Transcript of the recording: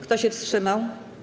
Kto się wstrzymał?